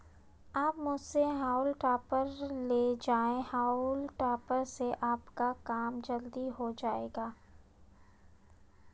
आप मुझसे हॉउल टॉपर ले जाएं हाउल टॉपर से आपका काम जल्दी हो जाएगा